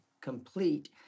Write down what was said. complete